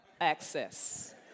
access